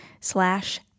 slash